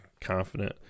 confident